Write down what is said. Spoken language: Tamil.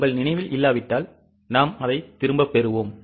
உங்கள் நினைவில் இல்லாவிட்டால் நாம் அதைத் திரும்பப் பெறுவோம்